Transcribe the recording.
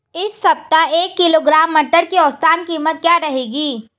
इस सप्ताह एक किलोग्राम मटर की औसतन कीमत क्या रहेगी?